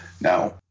Now